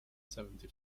seventy